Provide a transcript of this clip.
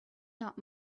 not